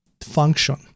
function